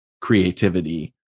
creativity